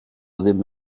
ddim